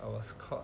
I was called